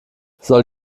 soll